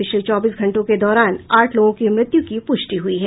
पिछले चौबीस घंटों के दौरान आठ लोगों की मृत्यु की प्रष्टि हुई है